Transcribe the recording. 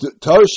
Torah